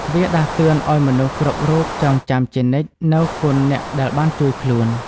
វាដាស់តឿនឲ្យមនុស្សគ្រប់រូបចងចាំជានិច្ចនូវគុណអ្នកដែលបានជួយខ្លួន។